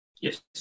Yes